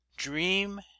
dream